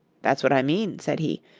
that's what i mean, said he.